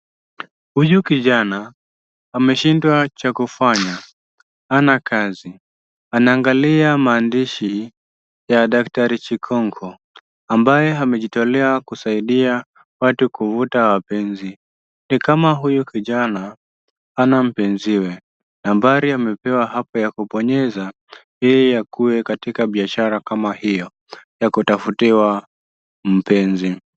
Huyu kijana ameshindwa cha kufanya, hana kazi, anaangalia maandishi ya daktari Chikongo ambaye amejitolea kusaidia watu kuvuta wapenzi. Ni kama huyu kijana hana mpenziwe, nambari amepewa hapo ya kubonyeza ili akuwe katika biashara kama hiyo ya kutafutiwa mpenzi.